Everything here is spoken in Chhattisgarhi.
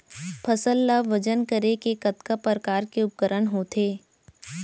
फसल ला वजन करे के कतका प्रकार के उपकरण होथे?